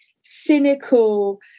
cynical